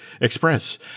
Express